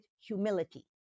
humility